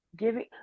giving